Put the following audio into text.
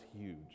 huge